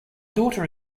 daughter